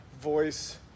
voice